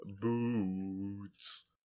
boots